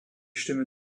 stimme